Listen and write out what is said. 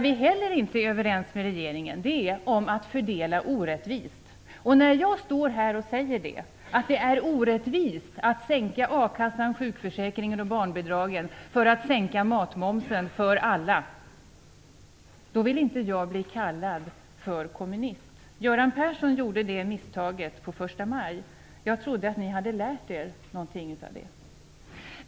Vi är inte överens med regeringen om att det skall fördelas orättvist. När jag står här och säger att det är orättvist att sänka ersättningen i a-kassan och i sjukförsäkringen och barnbidragen, för att samtidigt sänka matmomsen för alla, vill jag inte bli kallad för kommunist. Göran Persson gjorde ett sådant misstag första maj. Jag trodde att ni hade lärt er någonting av det.